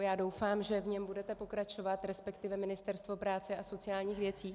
Já doufám, že v něm budete pokračovat, resp. Ministerstvo práce a sociálních věcí.